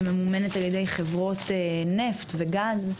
שממומנת על ידי חברות נפט וגז.